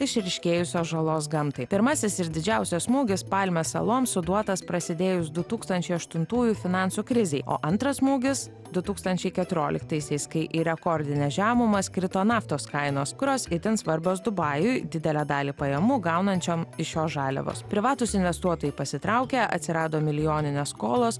išryškėjusios žalos gamtai pirmasis ir didžiausias smūgis palmės saloms suduotas prasidėjus du tūkstančiai aštuntųjų finansų krizei o antras smūgis du tūkstančiai keturioliktaisiais kai į rekordines žemumas krito naftos kainos kurios itin svarbios dubajui didelę dalį pajamų gaunančiam iš šios žaliavos privatūs investuotojai pasitraukė atsirado milijoninės skolos